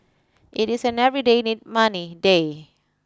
it is an everyday need money day